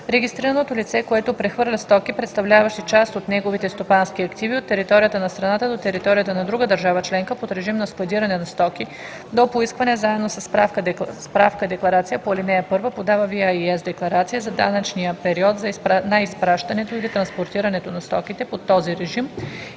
„Регистрираното лице, което прехвърля стоки, представляващи част от неговите стопански активи, от територията на страната до територията на друга държава членка под режим на складиране на стоки до поискване, заедно със справка-декларацията по ал. 1 подава и VIES-декларация за данъчния период на изпращането или транспортирането на стоките под този режим